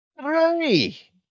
Three